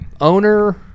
owner